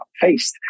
faced